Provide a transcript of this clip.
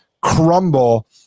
crumble